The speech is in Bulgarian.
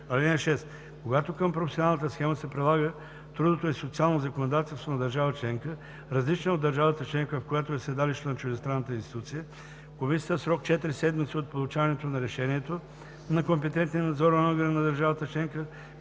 (6) Когато към професионалната схема се прилага трудовото и социалното законодателство на държава членка, различна от държавата членка, в която е седалището на чуждестранната институция, комисията в срок 4 седмици от получаването на решението на компетентния надзорен орган на държавата членка,